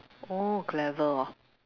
oh clever hor